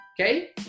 okay